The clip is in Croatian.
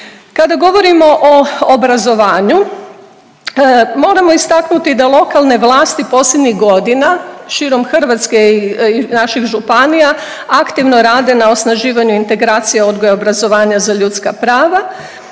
Kada govorimo o obrazovanju moramo istaknuti da lokalne vlasti posljednjih godina širom Hrvatske i naših županija aktivno rade na osnaživanju integracija odgoja i obrazovanja za ljudska prava.